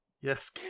yes